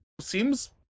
seems